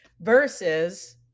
versus